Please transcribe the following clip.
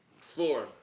Four